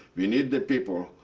we need the people.